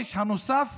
בחודש הנוסף